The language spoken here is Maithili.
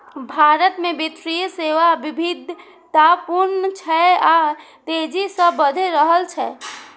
भारत मे वित्तीय सेवा विविधतापूर्ण छै आ तेजी सं बढ़ि रहल छै